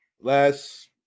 last